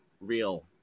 real